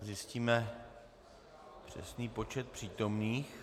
Zjistíme přesný počet přítomných.